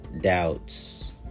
doubts